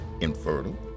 infertile